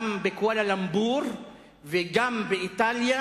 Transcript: גם בקואלה-לומפור וגם באיטליה,